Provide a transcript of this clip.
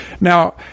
Now